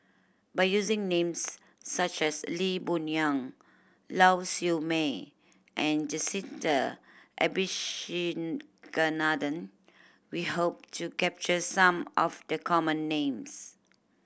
by using names such as Lee Boon Yang Lau Siew Mei and Jacintha we hope to capture some of the common names